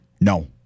No